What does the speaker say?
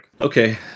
Okay